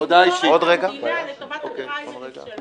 הודעה אישית.